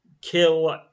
kill